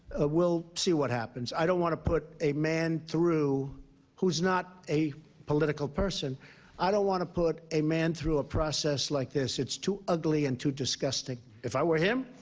we'll see what happens. i don't want to put a man through who's not a political person i don't want to put a man through a process like this. it's too ugly and too disgusting. if i were him,